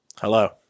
Hello